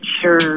sure